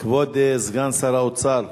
כבוד סגן שר האוצר,